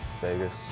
Vegas